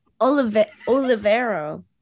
Olivero